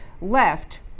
left